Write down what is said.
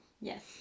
Yes